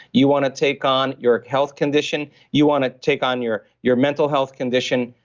you want to take on your health condition you want to take on your your mental health condition.